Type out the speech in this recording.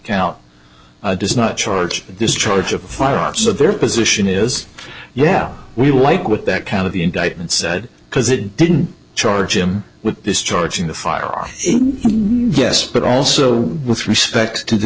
count does not charge discharge of firearms so their position is yeah we would like with that kind of the indictment said because it didn't charge him with this charging the firearm yes but also with respect to the